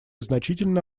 значительно